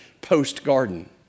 post-garden